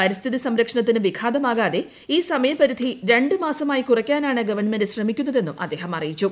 പരിസ്ഥിതി സംരക്ഷണത്തിന് പ്രിഘാതമാകാതെ ഈ സമയപരിധി രണ്ട് മാസമായി കുറയ്ക്കുനാണ് ഗവൺമെന്റ് ശ്രമിക്കുന്നതെന്നും അദ്ദേഹം അറിയിച്ചു